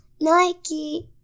Nike